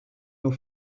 nur